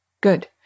Good